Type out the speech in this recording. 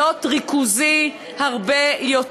להיות ריכוזי הרבה יותר.